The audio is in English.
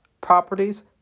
properties